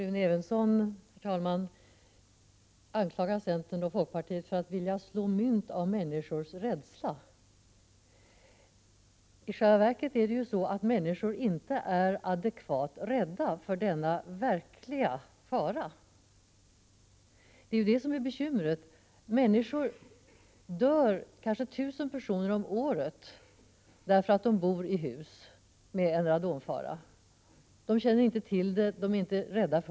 Herr talman! Rune Evensson anklagar centern och folkpartiet för att vilja slå mynt av människors rädsla. Men i själva verket är människor inte adekvat rädda för denna verkliga fara — det är bekymret. Kanske tusen personer om året dör därför att de bor i hus med radonfara som de inte känner till och inte är rädda för.